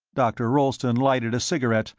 dr. rolleston lighted a cigarette,